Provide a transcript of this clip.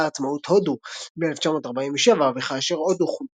לאחר עצמאות הודו ב-1947 וכאשר הודו חולקה,